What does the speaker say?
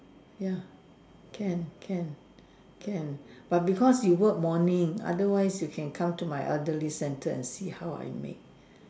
ya can can can but because you work morning otherwise you can come to my elderly centre and see how I make